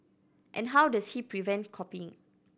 and how does he prevent copying